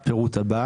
על פי הפירוט הבא: